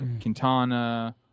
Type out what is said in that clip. Quintana